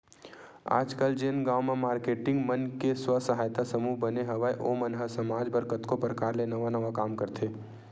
आजकल जेन गांव म मारकेटिंग मन के स्व सहायता समूह बने हवय ओ मन ह समाज बर कतको परकार ले नवा नवा काम करथे